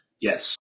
Yes